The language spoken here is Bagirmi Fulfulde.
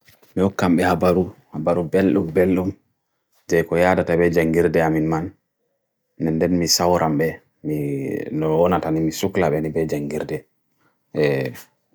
me oka me habaru, habaru belu belu jay ko yadate bejengirde amin man nenden me saoram be nona tani me suqla beni bejengirde